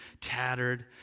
tattered